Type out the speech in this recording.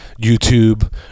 YouTube